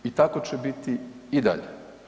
I tako će biti i dalje.